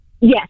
Yes